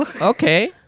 Okay